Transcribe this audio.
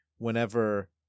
Whenever